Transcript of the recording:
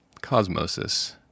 Cosmosis